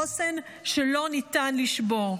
חוסן שלא ניתן לשבור.